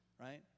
Right